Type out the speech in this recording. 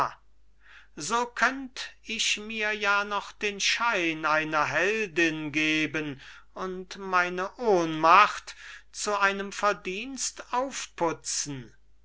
so könnt ich mir ja noch den schein einer heldin geben und meine ohnmacht zu einem verdienst aufputzen